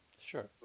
Sure